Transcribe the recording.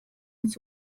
its